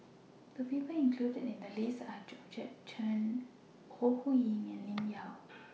The People included in The list Are Georgette Chen Ore Huiying and Lim Yau